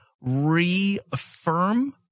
reaffirm